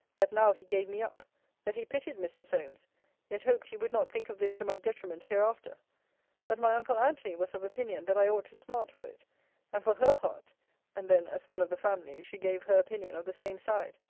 that now he gave me up that he pitied mr. solmes yet hoped he would not think of this to my detriment hereafter that my uncle antony was of opinion, that i ought to smart for it and, for her part and then, as one of the family, she gave her opinion of the same side.